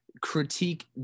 critique